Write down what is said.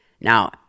now